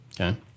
Okay